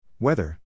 Weather